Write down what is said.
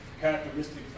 characteristics